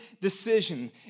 decision